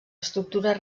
estructures